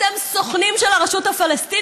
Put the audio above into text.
אתם סוכנים של הרשות הפלסטינית?